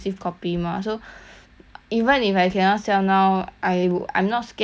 even if I cannot sell now I would I'm not scared that I it won't get so lah anyway